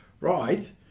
right